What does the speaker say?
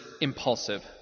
impulsive